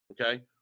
Okay